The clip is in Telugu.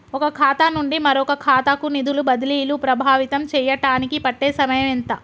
ఒక ఖాతా నుండి మరొక ఖాతా కు నిధులు బదిలీలు ప్రభావితం చేయటానికి పట్టే సమయం ఎంత?